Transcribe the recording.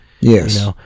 Yes